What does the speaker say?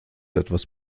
etwas